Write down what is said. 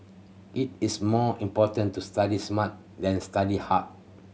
it is more important to study smart than study hard